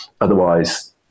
otherwise